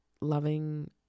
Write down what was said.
loving